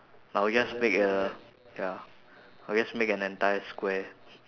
I will just make a ya I'll just make an entire square